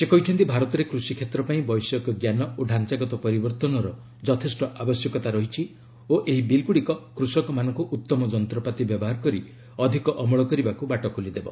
ସେ କହିଛନ୍ତି ଭାରତରେ କୃଷି କ୍ଷେତ ପାଇଁ ବୈଷୟିକଜ୍ଞାନ ଓ ଢାଞ୍ଚାଗତ ପରିବର୍ତ୍ତନର ଯଥେଷ୍ଟ ଆବଶ୍ୟକତା ରହିଛି ଓ ଏହି ବିଲ୍ଗୁଡ଼ିକ କୃଷକମାନଙ୍କୁ ଉତ୍ତମ ଯନ୍ତ୍ରପାତି ବ୍ୟବହାର କରି ଅଧିକ ଅମଳ କରିବାକୁ ବାଟ ଖୋଲିଦେବ